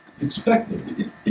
expected